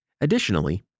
Additionally